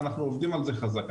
אנחנו עובדים על זה חזק,